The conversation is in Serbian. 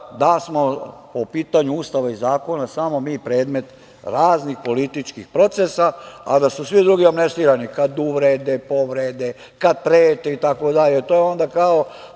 da smo po pitanju Ustava i zakona samo mi predmet raznih političkih procesa, a da su svi drugi amnestirani kada uvrede, povrede, kada prete itd. To je otprilike